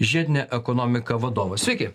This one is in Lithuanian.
žiedinė ekonomika vadovas sveiki